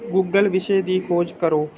Google ਵਿਸ਼ੇ ਦੀ ਖੋਜ ਕਰੋ